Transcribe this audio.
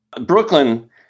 Brooklyn